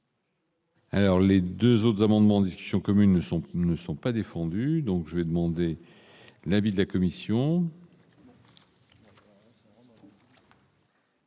Alors les 2 autres amendements, discussions communes sont qui ne sont pas défendus, donc je vais demander l'avis de la commission.